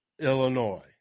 Illinois